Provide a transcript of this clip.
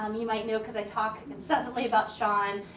um you might know cause i talk incessantly about shaun.